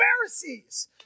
Pharisees